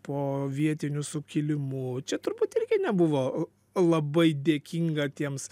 po vietiniu sukilimu čia turbūt irgi nebuvo labai dėkinga tiems